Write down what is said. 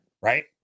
Right